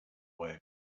way